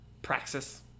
Praxis